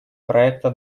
проекта